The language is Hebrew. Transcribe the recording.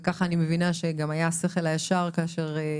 וכך אני מבינה שגם היה השכל הישר כאשר